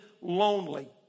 lonely